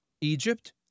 Egypt